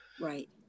right